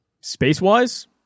Space-wise